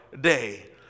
day